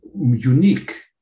unique